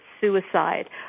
suicide